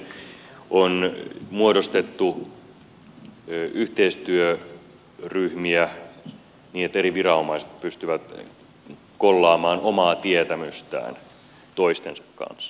samoiten on muodostettu yhteistyöryhmiä niin että eri viranomaiset pystyvät kollaamaan omaa tietämystään toistensa kanssa